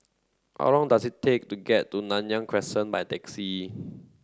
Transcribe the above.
how long does it take to get to Nanyang Crescent by taxi